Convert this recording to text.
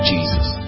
Jesus